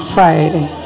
Friday